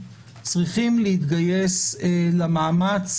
צריכים להתגייס למאמץ,